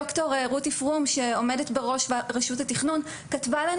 ד"ר רותי פרום שעומדת בראש רשות התכנון כתבה לנו